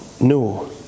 no